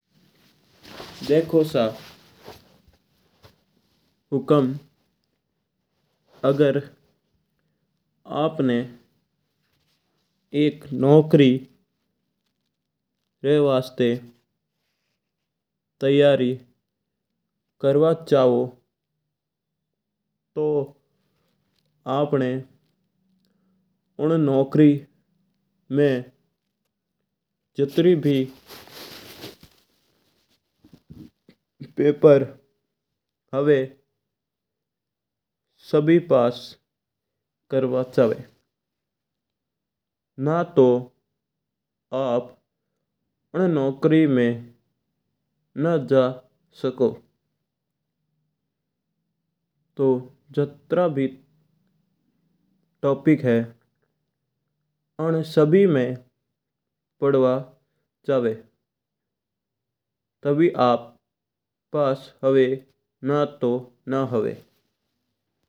देखो सा हुकम अगर आपणा एक नौकरी री वास्ता तैयारी करवा चाओ तो आपणा उन नौकरी में जितरी भी पेपर हुआ सभी पास करवा जरुरी है। ना तो आप उन नौकरी में ना जा सको तो यात्रा भी टॉपिक है उन सभी में पढ़ना जरुरी है तभी आप बा नौकरी में अप्स हुआ ला।